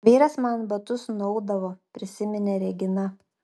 vyras man batus nuaudavo prisiminė regina